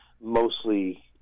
mostly